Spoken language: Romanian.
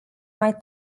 mai